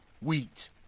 wheat